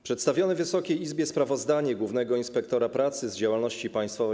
Przedstawione Wysokiej Izbie sprawozdanie głównego inspektora pracy z działalności Państwowej